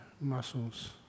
muscles